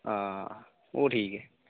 आं ओह् ठीक ऐ